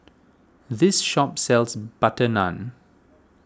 this shop sells Butter Naan